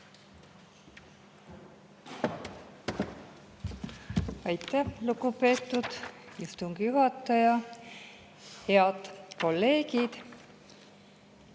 Aitäh, lugupeetud istungi juhataja! Head kolleegid!